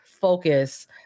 focus